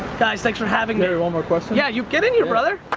guys, thanks for having me. gary, one more question? yeah, you, get in here, brother.